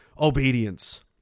obedience